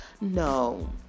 no